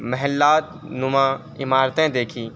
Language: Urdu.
محلات نما عمارتیں دیکھیں